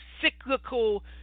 cyclical